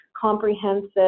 comprehensive